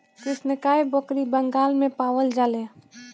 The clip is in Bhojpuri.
कृष्णकाय बकरी बंगाल में पावल जाले